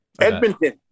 Edmonton